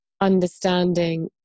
understanding